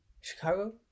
Chicago